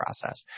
process